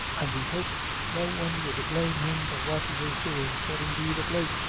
and he hoped no one would blame him for what he was doing, for, indeed, of late,